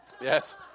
Yes